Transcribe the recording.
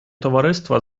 товариства